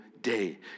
day